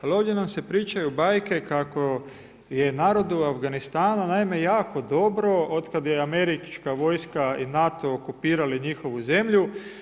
Ali ovdje nam se pričaju bajke kako je narod u Afganistanu naime jako dobro od kad je američka vojska i NATO okupirali njihovu zemlju.